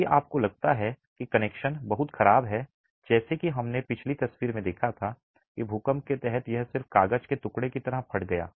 यदि आपको लगता है कि कनेक्शन बहुत खराब हैं जैसे कि हमने पिछली तस्वीर में देखा था कि भूकंप के तहत यह सिर्फ कागज के टुकड़े की तरह फट गया